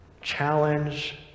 challenge